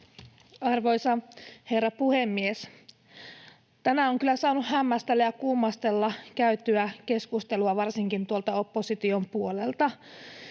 Arvoisa herra puhemies! Tänään on kyllä saanut hämmästellä ja kummastella käytyä keskustelua varsinkin tuolta opposition puolelta.